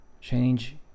change